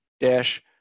dash